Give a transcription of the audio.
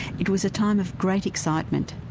it was a time of great excitement,